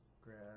Grab